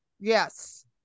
yes